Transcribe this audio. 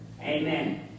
Amen